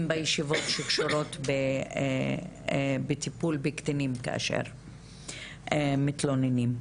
בישיבות שקשורות בטיפול בקטינים כאשר הם מתלוננים.